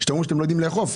שאתם לא יודעים לאכוף,